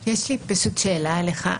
יש לי שאלה אליכם.